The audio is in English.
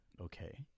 okay